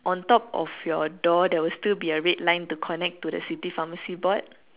on top of your door there will still be a red line to connect to your city pharmacy board